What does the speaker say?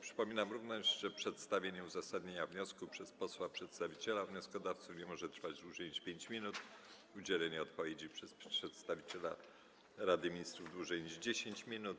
Przypominam również, że przedstawienie uzasadnienia wniosku przez posła przedstawiciela wnioskodawców nie może trwać dłużej niż 5 minut, a udzielenie odpowiedzi przez przedstawiciela Rady Ministrów - dłużej niż 10 minut.